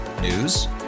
News